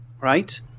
right